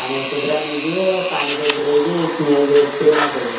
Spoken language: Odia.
ପାଣି ଔଷଧଟା ନେଇଯିବେ ପାଣିରେ ଗୋଳେଇକି ଏଇ ଯୋଉ ସ୍ପ୍ରେ ମାରିଦେବେ